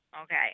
okay